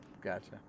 gotcha